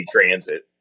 transit